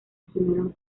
asumieron